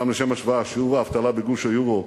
סתם לשם ההשוואה, שיעור האבטלה בגוש היורו,